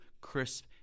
crisp